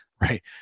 right